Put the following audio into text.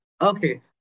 okay